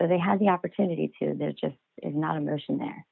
so they had the opportunity to there just is not a mission there